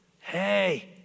Hey